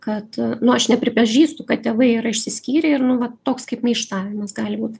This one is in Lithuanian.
kad nu aš nepripažįstu kad tėvai yra išsiskyrę ir nu va toks kaip maištavimas gali būt